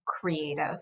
creative